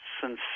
sincere